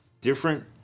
different